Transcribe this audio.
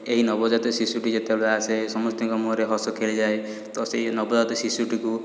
ଏହି ନବଜାତ ଶିଶୁଟି ଯେତେବେଳେ ଆସେ ସମସ୍ତିଙ୍କ ମୁହଁରେ ହସ ଖେଳିଯାଏ ତ ସେଇ ନବଜାତ ଶିଶୁଟିକୁ